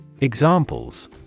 Examples